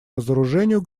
разоружению